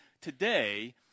today